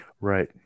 right